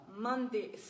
Monday